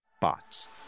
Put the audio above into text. bots